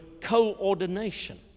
coordination